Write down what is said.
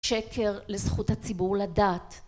שקר לזכות הציבור לדעת